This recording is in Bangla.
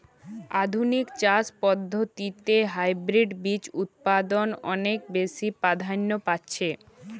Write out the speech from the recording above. আধুনিক চাষ পদ্ধতিতে হাইব্রিড বীজ উৎপাদন অনেক বেশী প্রাধান্য পাচ্ছে